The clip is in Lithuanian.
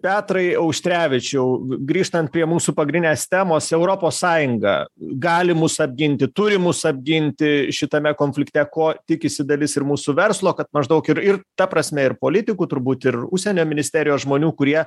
petrai auštrevičiau grįžtant prie mūsų pagrindinės temos europos sąjunga gali mus apginti turi mus apginti šitame konflikte ko tikisi dalis ir mūsų verslo kad maždaug ir ir ta prasme ir politikų turbūt ir užsienio ministerijos žmonių kurie